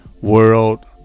World